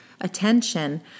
attention